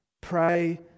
Pray